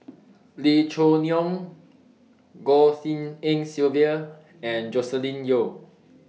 Lee Choo Neo Goh Tshin En Sylvia and Joscelin Yeo